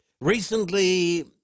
Recently